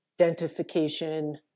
identification